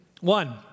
One